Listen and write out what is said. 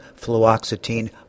fluoxetine